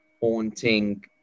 haunting